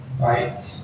right